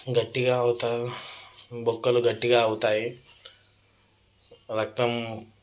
గట్టిగా అవుతారు బొక్కలు గట్టిగా అవుతాయి రక్తం